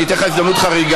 אני אתן לך הזדמנות חריגה.